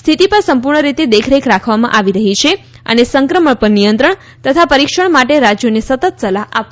સ્થિતિ પર સંપૂર્ણ રીતે દેખરેખ રાખવામાં આવી રહી છે અને સંક્રમણ પર નિયંત્રણ તથા પરીક્ષણ માટે રાજ્યોને સતત સલાહ આપવામાં આવી રહી છે